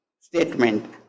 statement